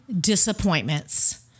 disappointments